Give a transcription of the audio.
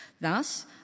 Thus